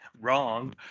wrong